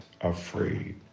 afraid